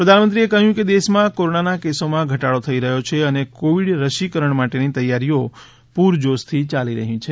પ્રધાનમંત્રીએ કહ્યું કે દેશમાં કોરોનાના કેસોમાં ઘટાડો થઇ રહ્યો છે અને કોવિડ રસીકરણ માટેની તૈયારીઓ પૂરજોશથી યાલી રહી છે